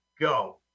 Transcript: Go